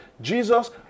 Jesus